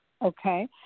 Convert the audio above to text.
Okay